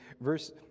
verse